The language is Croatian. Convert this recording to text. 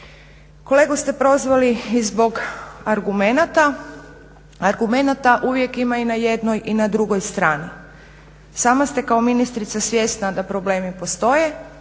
Kolegu ste prozvali i zbog argumenata. Argumenata uvijek ima i na jednoj i na drugoj strani. Sama ste kao ministrica svjesna da problemi postoje,